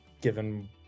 given